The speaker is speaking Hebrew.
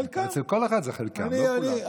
אצל כל אחד זה חלקם, לא כולם.